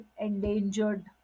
endangered